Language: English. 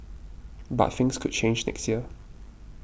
but things could change next year